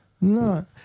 No